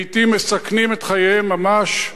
לעתים מסכנים את חייהם ממש,